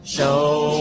Show